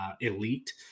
elite